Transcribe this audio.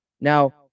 Now